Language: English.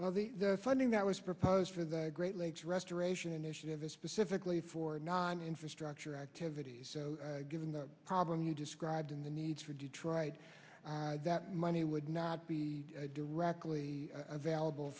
well the funding that was proposed for the great lakes restoration initiative is specifically for now on infrastructure activities given the problem you described in the need for detroit that money would not be directly available